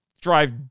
drive